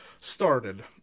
started